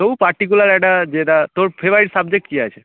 তবু পার্টিকুলার একটা যেটা তোর ফেভারিট সাবজেক্ট কি আছে